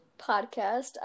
podcast